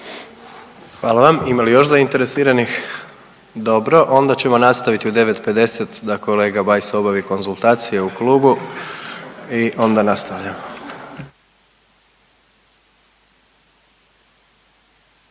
Hvala. Ima li još zainteresiranih? Dobro, onda ćemo nastavit u 9,50 da kolega Bajs obavi konzultacija u klubu i onda nastavljamo.